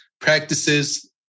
practices